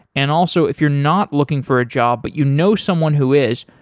and also if you're not looking for a job but you know someone who is,